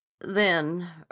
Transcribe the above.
Then